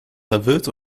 verwirrt